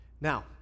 Now